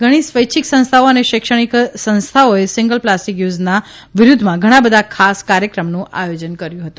ઘણી સ્વૈચ્છીક સંસ્થાઓ અને શૈક્ષણિક સંસ્થાઓએ સિંગલ પ્લાસ્ટીક યુઝના વિરુધ્ધમાં ઘણાબધા ખાસ કાર્યક્રમોનું આયોજન કર્યુ હતું